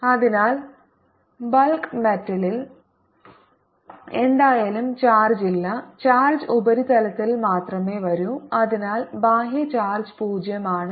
അതിനാൽ ബൾക്ക് മെറ്റലിൽ എന്തായാലും ചാർജില്ല ചാർജ് ഉപരിതലത്തിൽ മാത്രമേ വരൂ അതിനാൽ ബാഹ്യ ചാർജ് പൂജ്യo ആണ്